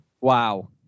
Wow